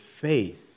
faith